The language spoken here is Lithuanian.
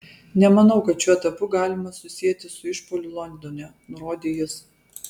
nemanau kad šiuo etapu galima susieti su išpuoliu londone nurodė jis